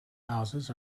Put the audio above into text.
houses